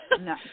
no